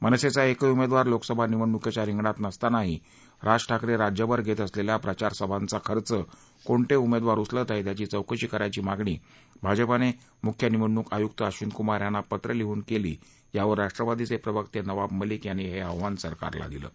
मनसेचा एकही उमेदवार लोकसभा निवडणुकीच्या रिंगणात नसतानाही राज ठाकरे राज्यभर घेत असलेल्या प्रचार सभांचा खर्च कोणते उमेदवार उचलत आहेत याची चौकशी करायची मागणी भाजपने मुख्य निवडणूक आयुक्त अब्निनकुमार यांना पत्र लिहून केली यावर राष्ट्रवादीचे प्रवक्ते नवाब मलिक यांनी हे आव्हान सरकारला दिलं आहे